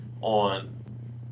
on